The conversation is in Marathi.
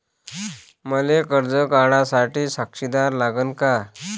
मले कर्ज काढा साठी साक्षीदार लागन का?